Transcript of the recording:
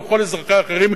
וכל אזרחיה האחרים,